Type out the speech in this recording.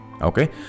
Okay